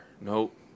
Nope